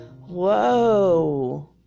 Whoa